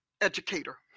educator